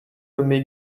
nommé